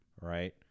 Right